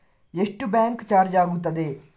ಎಷ್ಟು bank charge ಆಗುತ್ತದೆ?